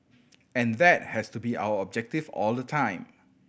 and that has to be our objective all the time